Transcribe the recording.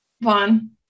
Vaughn